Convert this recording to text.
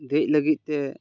ᱫᱮᱡ ᱞᱟᱹᱜᱤᱫ ᱛᱮ